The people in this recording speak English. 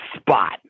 spot